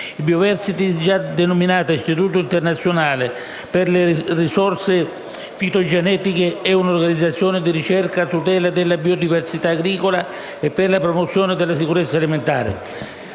*Bioversity* (già denominata Istituto internazionale per le risorse fitogenetiche) è un'organizzazione di ricerca a tutela della biodiversità agricola e per la promozione della sicurezza alimentare.